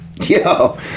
yo